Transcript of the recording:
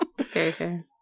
okay